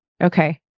Okay